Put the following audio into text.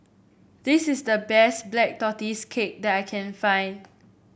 this is the best Black Tortoise Cake that I can find